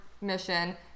mission